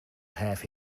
have